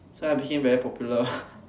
that's why I became very popular